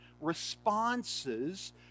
responses